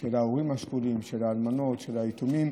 של ההורים השכולים, של האלמנות, של היתומים,